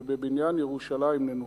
ובבניין ירושלים ננוחם.